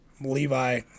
Levi